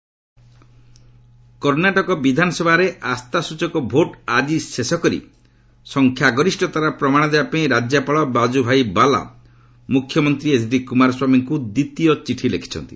କର୍ଣ୍ଣାଟକ ପଲିଟିକ୍ନ କର୍ଷ୍ଣାଟକ ବିଧାନସଭାରେ ଆସ୍ଥାସ୍ଟଚକ ଭୋଟ୍ ଆଜି ଶେଷ କରି ସଂଖ୍ୟା ଗରିଷ୍ଠତାର ପ୍ରମାଣ ଦେବା ପାଇଁ ରାଜ୍ୟପାଳ ବାଜୁଭାଇ ବାଲା ମୁଖ୍ୟମନ୍ତ୍ରୀ ଏଚ୍ଡି କୁମାର ସ୍ୱାମୀଙ୍କୁ ଦ୍ୱିତୀୟ ଚିଠି ଲେଖିଛନ୍ତି